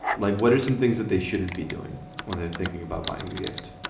like what are some things that they shouldn't be doing when they're thinking about buying a gift?